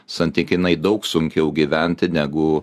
santykinai daug sunkiau gyventi negu